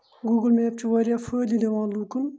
Google map چھُ واریاہ فٲیدٕ دِوان لُکَن